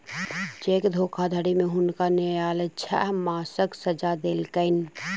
cheque धोखाधड़ी में हुनका न्यायलय छह मासक सजा देलकैन